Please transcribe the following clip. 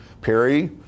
Perry